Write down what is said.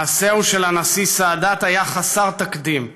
מעשהו של הנשיא סאדאת היה חסר תקדים.